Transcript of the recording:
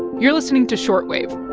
you're listening to short wave